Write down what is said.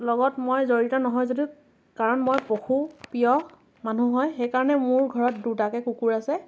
লগত মই জড়িত নহয় যদিও কাৰণ মই পশু প্ৰিয় মানুহ হয় সেইকাৰণে মোৰ ঘৰত দুটাকৈ কুকুৰ আছে